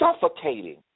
suffocating